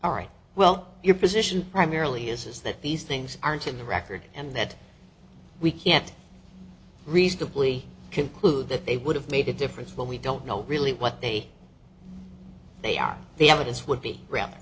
all right well your position primarily is that these things aren't in the record and that we can't reasonably conclude that they would have made a difference but we don't know really what they say they are the evidence would be ra